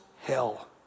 hell